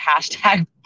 Hashtag